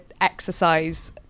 exercise